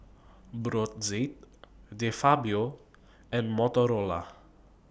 Brotzeit De Fabio and Motorola